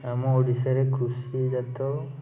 ଆମ ଓଡ଼ିଶାରେ କୃଷି ଜାତ